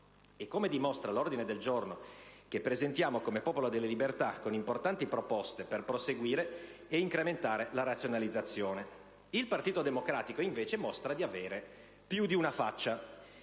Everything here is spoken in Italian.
e come dimostra l'ordine del giorno che presentiamo come Popolo delle Libertà con importanti proposte per proseguire la razionalizzazione. Il Partito Democratico, invece, mostra di avere più di una faccia.